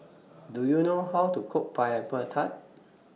Do YOU know How to Cook Pineapple Tart